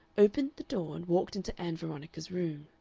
opened the door and walked into ann veronica's room.